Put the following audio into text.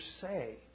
say